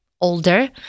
older